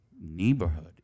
neighborhood